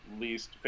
least